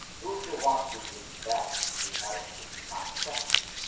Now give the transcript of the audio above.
rousseau wants to bring back the erotic not sex,